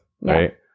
right